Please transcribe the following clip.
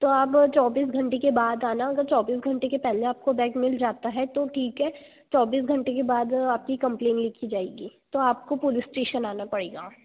तो अब चौबीस घंटे के बाद आना अगर चौबीस घंटे के पहले आपको बैग मिल जाता है तो ठीक है चौबीस घंटे के बाद आपकी कंप्लेन लिखी जाएगी तो आपको पुलिस स्टेशन आना पड़ेगा